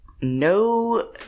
no